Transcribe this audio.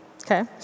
Okay